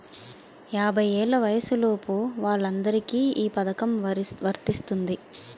యాభై ఏళ్ల వయసులోపు వాళ్ళందరికీ ఈ పథకం వర్తిస్తుంది